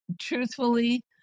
truthfully